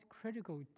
critical